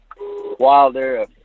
Wilder